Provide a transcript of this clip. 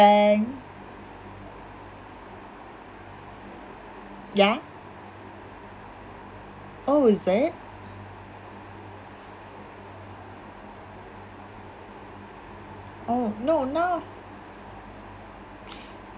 ya oh is it oh no now